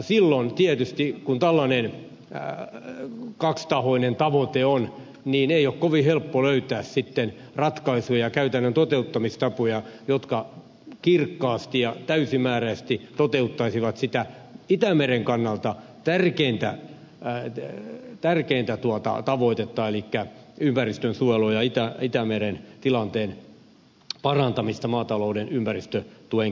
silloin tietysti kun tällainen kaksitahoinen tavoite on ei ole kovin helppo löytää sitten ratkaisuja ja käytännön toteuttamistapoja jotka kirkkaasti ja täysimääräisesti toteuttaisivat sitä itämeren kannalta tärkeintä tavoitetta elikkä ympäristönsuojelua ja itämeren tilanteen parantamista maatalouden ympäristötuen keinoin